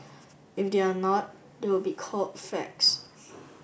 if they are not they would not be called facts